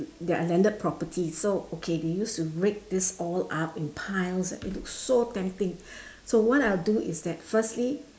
they are landed properties so okay they used to rake this all up in piles it looks so tempting so what I'll do is that firstly